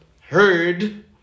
heard